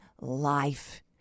life